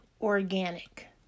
organic